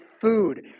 food